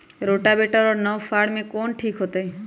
Rotavator और नौ फ़ार में कौन ठीक होतै?